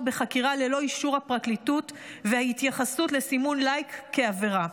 בחקירה ללא אישור הפרקליטות וההתייחסות לסימון לייק כעבירה.